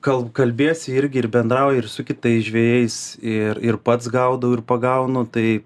kal kalbiesi irgi ir bendrauji ir su kitais žvejais ir ir pats gaudau ir pagaunu tai